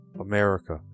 America